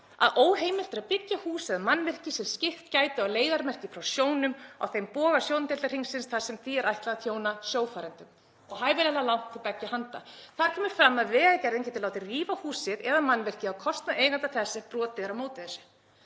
að óheimilt sé að byggja hús eða mannvirki sem skyggt gæti á leiðarmerki frá sjónum á þeim boga sjóndeildarhringsins þar sem því er ætlað að þjóna sjófarendum, og hæfilega langt til beggja handa. Þar kemur fram að Vegagerðin geti látið rífa húsið eða mannvirkið á kostnað eiganda þess ef brotið er á móti þessu.